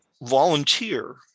volunteer